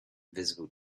visible